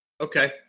Okay